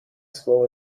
school